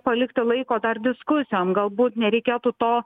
palikti laiko dar diskusijom galbūt nereikėtų to